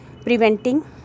preventing